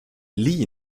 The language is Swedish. lee